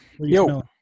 Yo